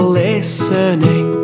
listening